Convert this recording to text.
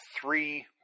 three